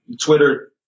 Twitter